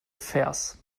vers